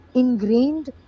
ingrained